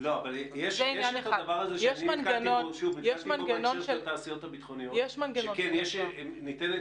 בהקשר של התעשיות הביטחוניות נתקלתי